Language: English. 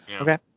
Okay